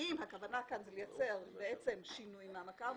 אם הכוונה כאן לייצר שינוי מהמצב,